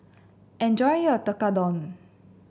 enjoy your Tekkadon